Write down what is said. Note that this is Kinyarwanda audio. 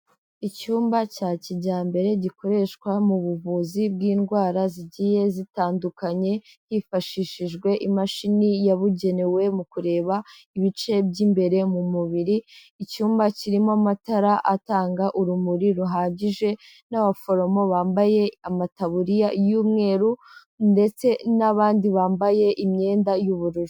Icyumba cya kijyambere gikoreshwa mu buvuzi bw'indwara zigiye zitandukanye, hifashishijwe imashini yabugenewe mu kureba ibice by'imbere mu mubiri icyumba kirimo amatara atanga urumuri ruhagije, n'abaforomo bambaye amataburiya y'umweru, ndetse n'abandi bambaye imyenda y'ubururu.